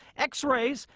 x-rays,